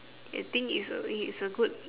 I think it's a it it's a good